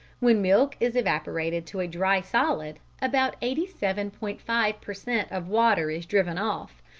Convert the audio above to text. when milk is evaporated to a dry solid, about eighty seven point five per cent. of water is driven off,